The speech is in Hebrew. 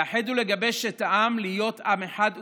לאחד ולגבש את העם להיות עם אחד ומאוחד.